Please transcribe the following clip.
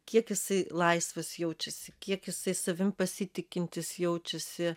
kiek jisai laisvas jaučiasi kiek jisai savim pasitikintis jaučiasi